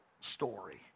story